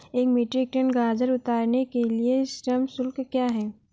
एक metric tonne गाजर उतारने के लिए श्रम शुल्क क्या है?